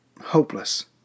hopeless